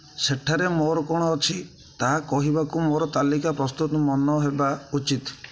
ସେଠାରେ ମୋର କ'ଣ ଅଛି ତାହା କହିବାକୁ ମୋର ତାଲିକା ପ୍ରସ୍ତୁତ ମନ ହେବା ଉଚିତ୍